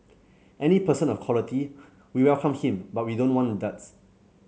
any person of quality we welcome him but we don't want duds